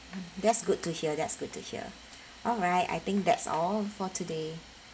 mm that's good to hear that's good to hear alright I think that's all for today